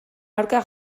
aurka